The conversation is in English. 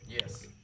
Yes